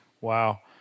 Wow